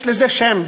יש לזה שם.